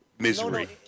misery